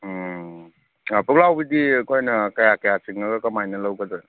ꯑꯣ ꯄꯨꯛꯂꯥꯎꯕꯤꯗꯤ ꯑꯩꯈꯣꯏꯅ ꯀꯌꯥ ꯀꯌꯥ ꯆꯤꯡꯉꯒ ꯀꯃꯥꯏꯅ ꯂꯧꯒꯗꯒꯦ